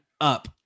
up